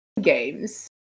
Games